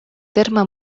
terme